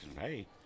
hey